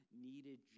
needed